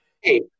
hey